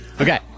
Okay